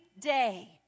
day